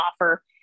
offer